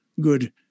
good